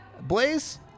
Blaze